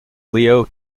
leo